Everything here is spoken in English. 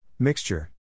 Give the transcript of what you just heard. Mixture